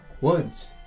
woods